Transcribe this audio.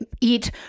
eat